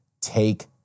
Take